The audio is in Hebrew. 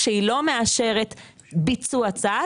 כשהיא לא מאשרת ביצוע צעד,